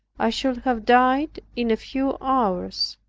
i should have died in a few hours.